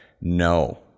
no